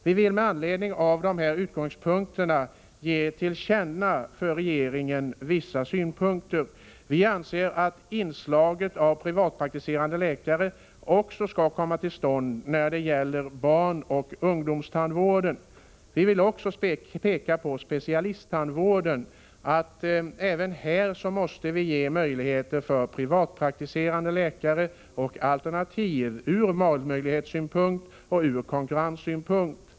Vi vill utifrån dessa omständigheter ge regeringen till känna vissa synpunkter. Vi anser att inslaget av privatpraktiserande tandläkare skall öka även inom barnoch ungdomstandvården liksom inom specialisttandvården, detta för att förbättra konkurrensen och ge patienterna fler valmöjligheter.